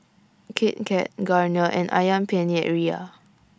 Kit Kat Garnier and Ayam Penyet Ria